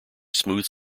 smooth